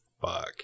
fuck